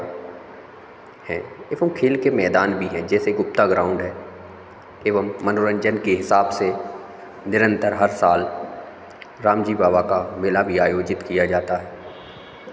हैं एवं खेल के मैदान भी हैं जैसे गुप्ता ग्राउन्ड है एवम मनोरंजन के हिसाब से निरंतर हर साल राम जी बाबा का मेला भी आयोजित किया जाता है